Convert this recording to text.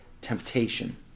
temptation